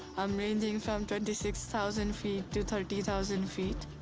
um ranging from twenty six thousand feet to thirty thousand feet.